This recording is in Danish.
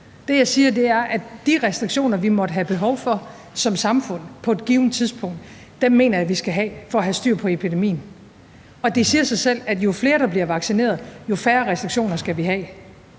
Det, jeg siger, er, at de restriktioner, vi måtte have behov for som samfund på et givent tidspunkt, mener jeg vi skal have for at have styr på epidemien. Og det siger jo sig selv, at jo flere der bliver vaccineret, jo færre restriktioner skal vi have.